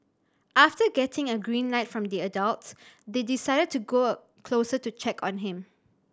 after getting a green light from the adults they decided to go a closer to check on him